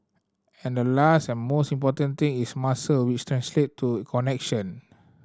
and the last and most important thing is muscle which translate to connection